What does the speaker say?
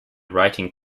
writing